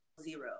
Zero